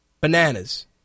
Bananas